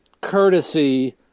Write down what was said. courtesy